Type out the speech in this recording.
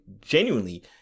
genuinely